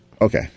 Okay